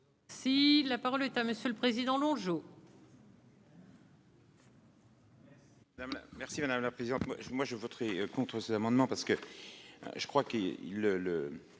Si la parole est à monsieur le Président Longeau.